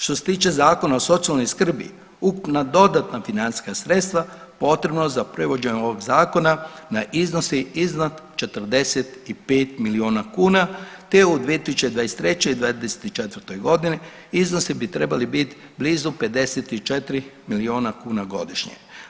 Što se tiče Zakona o socijalnoj skrbi, ukupna dodatna financijska sredstva potrebna na prevođenje ovog zakona ne iznosi iznad 45 miliona kuna te u 2023. i '24. godini iznosi bi trebali biti blizu 54 miliona kuna godišnje.